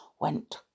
went